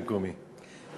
במקומי,